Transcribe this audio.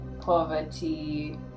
Poverty